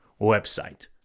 website